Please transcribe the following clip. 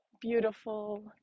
beautiful